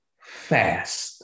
fast